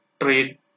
Trade